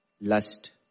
Lust